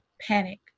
panic